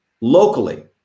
locally